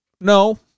no